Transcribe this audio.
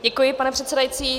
Děkuji, pane předsedající.